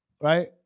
Right